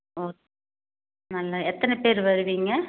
ஒ நல்ல எத்தனை பேர் வருவீங்கள்